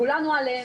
כולנו עליהן,